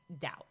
doubt